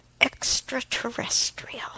extraterrestrial